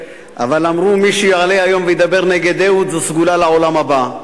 אבל אמרו שמי שיעלה היום וידבר נגד אהוד זו סגולה לעולם הבא.